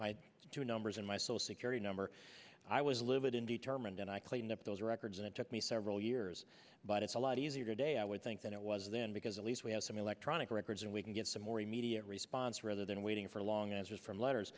my two numbers and my social security number i was livid and determined and i cleaned up those records and it took me several years but it's a lot easier today i would think than it was then because at least we have some electronic records and we can get some more immediate response rather than waiting for long as just from letters